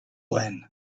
then